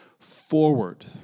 forward